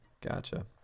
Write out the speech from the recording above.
gotcha